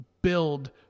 Build